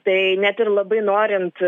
tai net ir labai norint